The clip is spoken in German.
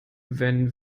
wenn